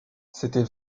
c’était